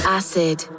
acid